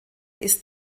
ist